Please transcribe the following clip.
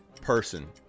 person